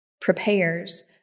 prepares